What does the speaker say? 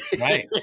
Right